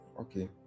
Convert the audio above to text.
Okay